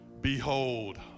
Behold